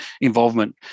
involvement